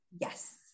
yes